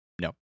No